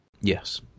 Yes